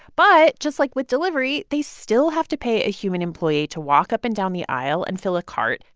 but just like with delivery, they still have to pay a human employee to walk up and down the aisle and fill a cart.